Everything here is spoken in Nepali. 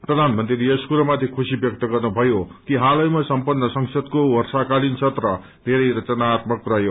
प्रधानमंत्रीले यस कुरोमाथि खशी व्यक्त गर्नुभयो कि हालैमा समपन्न संसदको वष्पकालिन सत्र षेरै रचनात्मक रहयो